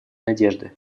надежды